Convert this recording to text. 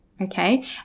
okay